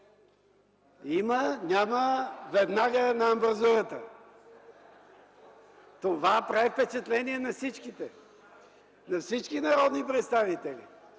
Има-няма, веднага е на амбразурата. Това прави впечатление на всички – на всички народни представители.